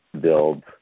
build